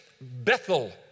Bethel